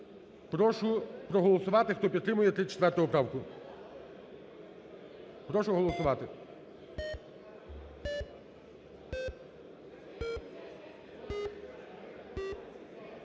Прошу проголосувати, хто підтримує 34 поправку. Прошу голосувати.